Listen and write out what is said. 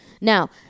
Now